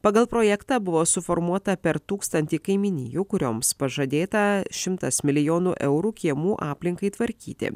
pagal projektą buvo suformuota per tūkstantį kaimynijų kurioms pažadėta šimtas milijonų eurų kiemų aplinkai tvarkyti